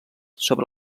sobre